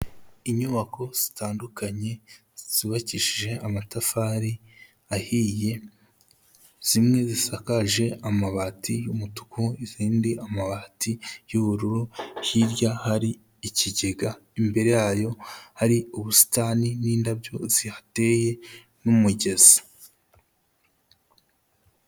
Inyubako zitandukanye zubakishije amatafari ahiye, zimwe zisakaje amabati y'umutuku izindi amabati y'ubururu, hirya hari ikigega imbere yayo hari ubusitani n'indabyo zihateye n'umugezi.